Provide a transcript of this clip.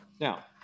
Now